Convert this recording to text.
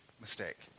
mistake